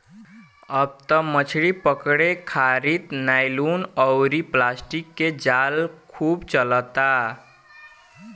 अब त मछली पकड़े खारित नायलुन अउरी प्लास्टिक के जाल खूब चलता